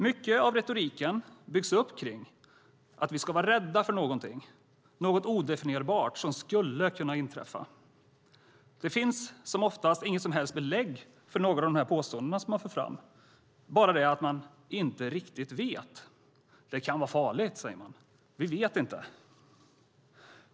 Mycket av retoriken byggs upp kring att vi ska vara rädda för något odefinierbart som skulle kunna inträffa. Men det finns oftast inga som helst belägg för några av de påståenden som man för fram, bara att man inte riktigt vet. Det kan vara farligt, säger man: Vi vet inte.